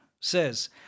says